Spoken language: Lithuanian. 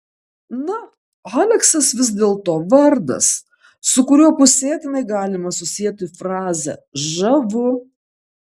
na aleksas vis dėlto vardas su kuriuo pusėtinai galima susieti frazę žavu